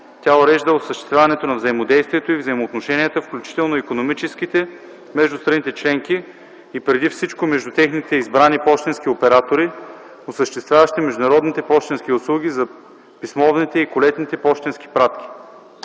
тя урежда осъществяването на взаимодействието и взаимоотношенията, включително икономическите, между страните членки и преди всичко между техните избрани пощенски оператори, осъществяващи международните пощенски услуги за писмовните и колетните пощенски пратки.